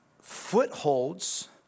Footholds